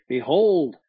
Behold